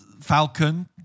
Falcon